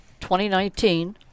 2019